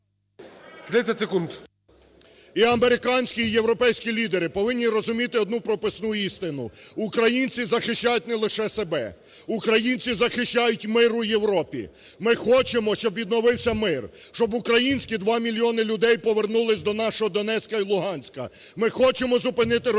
І американські, і європейські лідери повинні розуміти одну прописну істину: українці захищають не лише себе, українці захищають мир у Європі. Ми хочемо, щоб відновився мир. Щоб українські 2 мільйони людей повернулись до нашого Донецька і Луганська. Ми хочемо зупинити російську